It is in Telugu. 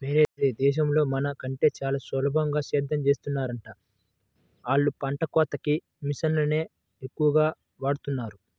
యేరే దేశాల్లో మన కంటే చానా సులభంగా సేద్దెం చేత్తన్నారంట, ఆళ్ళు పంట కోతకి మిషన్లనే ఎక్కువగా వాడతన్నారు